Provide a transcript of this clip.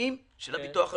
המזומנים של הביטוח הלאומי.